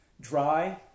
dry